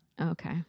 Okay